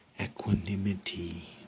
Equanimity